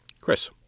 Chris